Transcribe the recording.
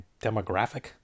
demographic